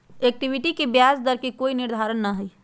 equity के ब्याज दर के कोई निर्धारण ना हई